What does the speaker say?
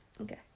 Okay